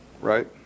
right